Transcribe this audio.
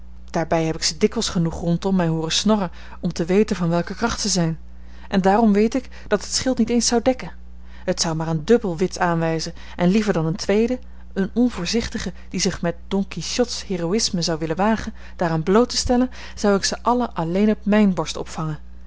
daarbij heb ik ze dikwijls genoeg rondom mij hooren snorren om te weten van welke kracht zij zijn en daarom weet ik dat het schild niet eens zou dekken het zou maar een dubbel wit aanwijzen en liever dan een tweede een onvoorzichtige die zich met don quichots heroïsme zou willen wagen daaraan bloot te stellen zou ik ze alle alleen op mijne borst opvangen